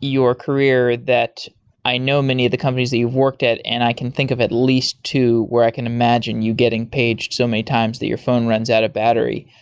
your career that i know many of the companies that you've worked at, and i can think of at least two where i can imagine you getting paged so many times that your phone runs out of battery.